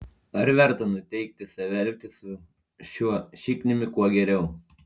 ar verta nuteikti save elgtis su šiuo šikniumi kuo geriau